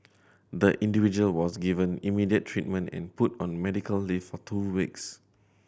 the individual was given immediate treatment and put on medical leave for two weeks